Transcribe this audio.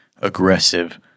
aggressive